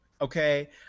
Okay